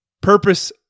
purpose